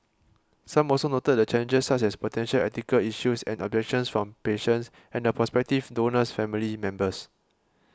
some also noted the challenges such as potential ethical issues and objections from patients and the prospective donor's family members